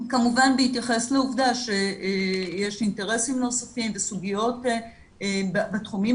כמובן בהתייחס לעובדה שיש אינטרסים נוספים וסוגיות בתחומים